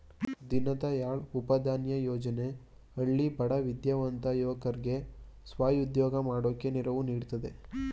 ದೀನದಯಾಳ್ ಉಪಾಧ್ಯಾಯ ಯೋಜನೆ ಹಳ್ಳಿ ಬಡ ವಿದ್ಯಾವಂತ ಯುವಕರ್ಗೆ ಸ್ವ ಉದ್ಯೋಗ ಮಾಡೋಕೆ ನೆರವು ನೀಡ್ತಿದೆ